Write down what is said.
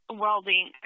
welding